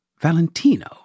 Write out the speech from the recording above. Valentino